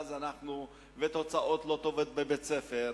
לתוצאות לא טובות בבית-הספר,